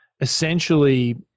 essentially